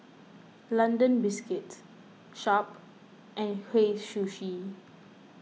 London Biscuits Sharp and Hei Sushi